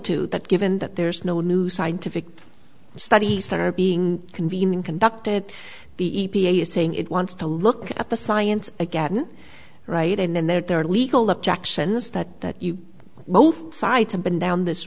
that given that there's no new scientific studies that are being convening conducted the e p a is saying it wants to look at the science again right and then there are legal objections that that you both sides have been down this